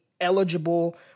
eligible